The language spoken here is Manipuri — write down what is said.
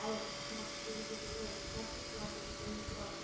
ꯑꯩ ꯁꯦꯅꯥꯄꯇꯤꯗꯒꯤꯅꯦ ꯅꯪꯁꯨ ꯁꯦꯅꯥꯄꯇꯤꯗ ꯅꯠꯇ꯭ꯔꯣ